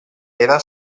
era